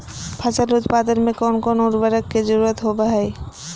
फसल उत्पादन में कोन कोन उर्वरक के जरुरत होवय हैय?